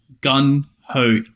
gun-ho